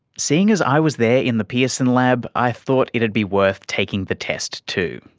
seeing as i was there in the pearson lab i thought it would be worth taking the test too,